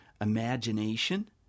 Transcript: imagination